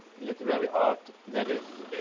literary art, that is,